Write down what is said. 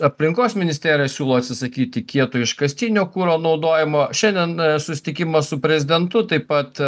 aplinkos ministerija siūlo atsisakyti kieto iškastinio kuro naudojimo šiandien susitikimas su prezidentu taip pat